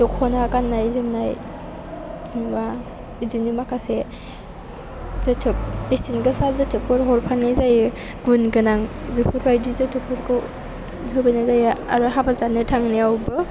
दख'ना गाननाय जोमनाय जेनेबा बिदिनो माखासे जोथोब बेसेनगोसा जोथोबफोर हरफानाय जायो गुन गोनां बेफोरबायदि जोथोबफोरखौ होफैनाय जायो आरो हाबा जानो थांनायावबो